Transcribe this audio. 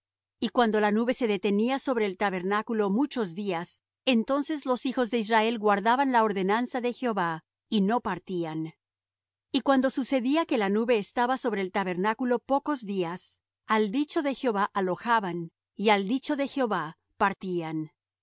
y cuando la nube se detenía sobre el tabernáculo muchos días entonces los hijos de israel guardaban la ordenanza de jehová y no partían y cuando sucedía que la nube estaba sobre el tabernáculo pocos días al dicho de jehová alojaban y al dicho de jehová partían